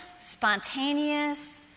spontaneous